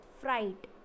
fright